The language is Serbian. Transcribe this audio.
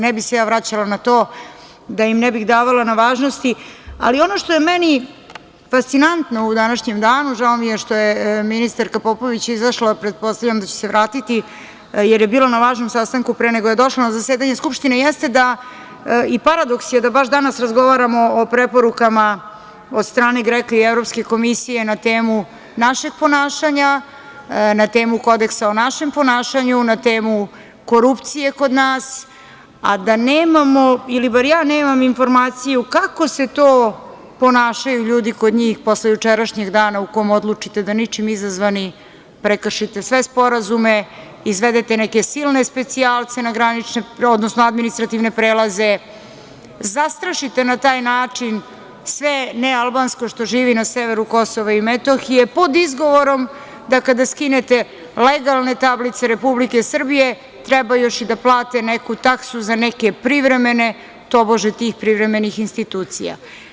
Ne bih se ja vraćala na to da im ne bih davala na važnosti, ali ono što je meni fascinantno u današnjem danu, žao mi je što je ministarka Popović izašla, pretpostavljam da će se vratiti, jer je bila na važnom sastanku, pre nego što je došla na zasedanje Skupštine, jeste da i paradoks je da baš danas razgovaramo o preporukama od strane GREKA i Evropske komisije na temu našeg ponašanja, na temu Kodeksa o našem ponašanju, na temu korupcije kod nas, a da nemamo ili bar ja nemam informaciju, kako se to ponašaju ljudi kod njih posle jučerašnjeg dana u kom odlučite da ničim izazvani, prekršite sve sporazume, izvedete neke silne specijalce na granične prelaze, odnosno administrativne prelaze, zastrašite na taj način sve nealbansko što živi na severu Kosova i Metohije, pod izgovorom da kada skinete legalne tablice Republike Srbije treba još i da plate neku taksu za neke privremene, tobože tih privremenih institucija.